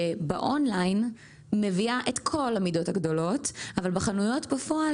שבאונליין מביאה את כל המידות הגדולות אבל בחנויות בפועל